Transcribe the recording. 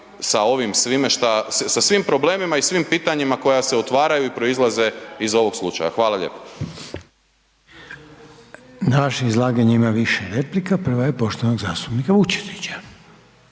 Na vaše izlaganje ima više replika, prva je poštovanog zastupnika Vučetića.